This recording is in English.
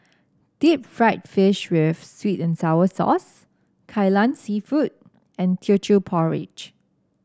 Deep Fried Fish with sweet and sour sauce Kai Lan seafood and Teochew Porridge